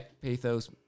Pathos